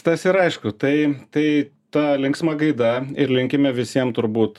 tas ir aišku tai tai ta linksma gaida ir linkime visiem turbūt